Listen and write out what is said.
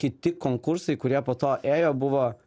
kiti konkursai kurie po to ėjo buvo